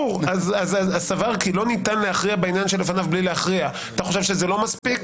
אז "סבר כי לא ניתן בעניין שלפניו בלי להכריע" אתה חושב שזה לא מספיק?